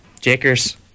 Jakers